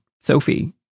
Sophie